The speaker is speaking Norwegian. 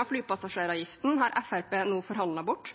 av flypassasjeravgiften har Fremskrittspartiet nå forhandlet bort.